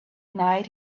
night